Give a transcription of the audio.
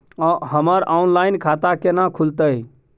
हमर ऑनलाइन खाता केना खुलते?